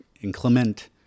inclement